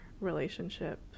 relationship